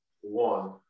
one